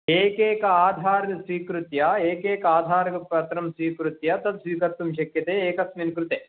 एकैकम् आधार् स्वीकृत्य एकैकम् आधारकपत्रं स्वीकृत्य तत् स्वीकर्तुं शक्यते एकस्मिन् कृते